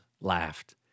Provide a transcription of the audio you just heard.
laughed